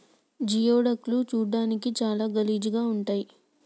geoduck లు చూడడానికి చాలా గలీజ్ గా ఉంటయ్